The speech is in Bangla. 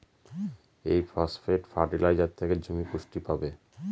এই ফসফেট ফার্টিলাইজার থেকে জমি পুষ্টি পাবে